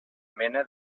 mena